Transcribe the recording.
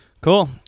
cool